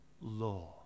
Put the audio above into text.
law